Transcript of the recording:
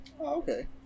okay